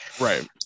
Right